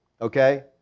Okay